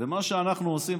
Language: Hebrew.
ומה שאנחנו עושים,